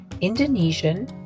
Indonesian